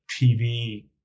tv